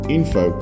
info